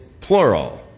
plural